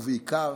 ובעיקר,